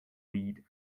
weed